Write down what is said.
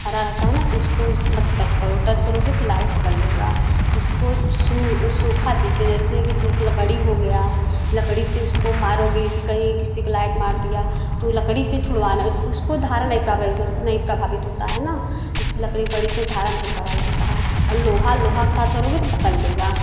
हरा रहता है ना तो उसको उस मत टच करो टच करोगे तो लाइट पकड़ लेना उसको सूखा चीज से जैसे की सुख लकड़ी हो गया लकड़ी से उसको मरोगे जैसे कहीं किसी को लाइट मार दिया तो लकड़ी से छुड़वाना उसको धारा नहीं पा पाएगी तो नहीं प्रभावित होता है ना जैसे लकड़ी वकड़ी से धारा नहीं प्रभावित होता है और लोहा लोहा के साथ करोगे तो पकड़ लेगा